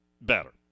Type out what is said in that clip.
better